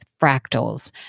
fractals